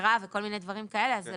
תקרה וכל מיני דברים כאלה.